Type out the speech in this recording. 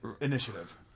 Initiative